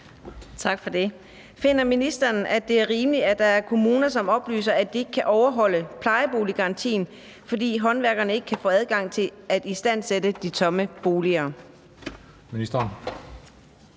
Tak for det. Finder ministeren, at det er rimeligt, at der er kommuner, som oplyser, at de ikke kan overholde plejeboliggarantien, fordi håndværkerne ikke kan få adgang til at istandsætte de tomme boliger?